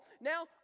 now